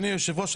אדוני היושב-ראש,